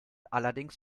allerdings